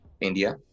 India